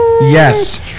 Yes